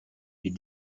est